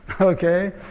okay